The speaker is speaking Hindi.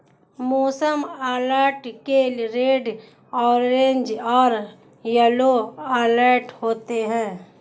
मौसम अलर्ट के रेड ऑरेंज और येलो अलर्ट होते हैं